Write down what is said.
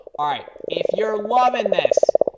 all right if you're loving this,